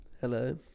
hello